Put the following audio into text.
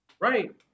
Right